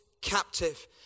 captive